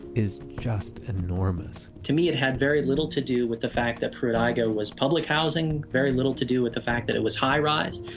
is just enormous to me, it had very little to do with the fact that pruitt-igoe was public housing, very little to do with the fact that it was a high rise,